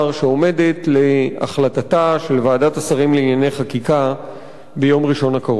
שעומדת להחלטתה של ועדת השרים לענייני חקיקה ביום ראשון הקרוב.